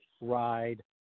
ride